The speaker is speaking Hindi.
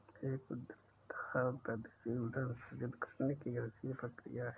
एक उद्यमिता वृद्धिशील धन सृजित करने की गतिशील प्रक्रिया है